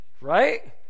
right